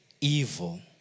evil